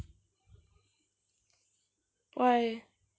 why